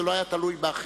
זה לא היה תלוי באחרים.